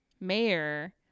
mayor